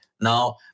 Now